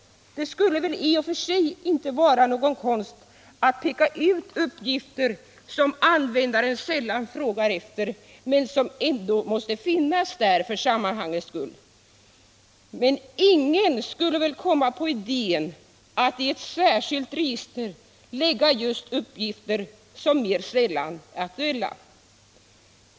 Det skulle väl i och för sig inte vara någon konst att peka ut de uppgifter som användarna sällan frågar efter men som ändå måste finnas där för sammanhangets skull. 49 Fastighetsdataverksamheten samheten 50 Men ingen skulle väl komma på idén att i ett särskilt register lägga just de uppgifter som mer sällan är aktuella.